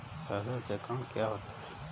फसल चक्रण क्या होता है?